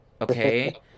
okay